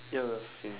ya same